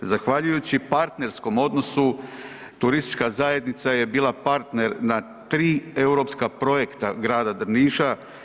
Zahvaljujući partnerskom odnosu turistička zajednica je bila partner na 3 europska projekta grada Drniša.